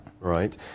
right